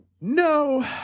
No